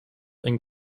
and